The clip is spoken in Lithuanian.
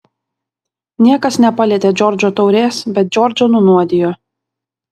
niekas nepalietė džordžo taurės bet džordžą nunuodijo